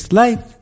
life